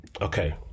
Okay